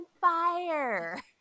fire